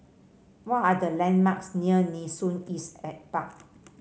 what are the landmarks near Nee Soon East Park